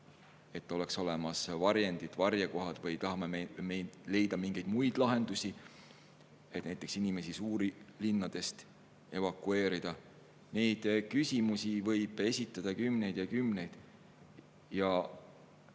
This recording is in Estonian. olemas olema varjendid või varjekohad, või tahame me leida mingeid muid lahendusi, näiteks inimesi suurtest linnadest evakueerida? Neid küsimusi võib esitada kümneid ja kümneid.